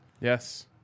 Yes